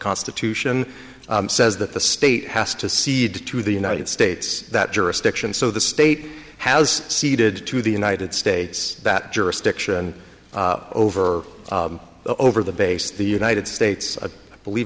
constitution says that the state has to cede to the united states that jurisdiction so the state has ceded to the united states that jurisdiction over over the base the united states i believe